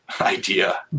idea